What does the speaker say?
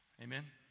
Amen